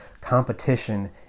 Competition